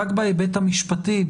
רק בהיבט המשפטי,